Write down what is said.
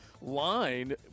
line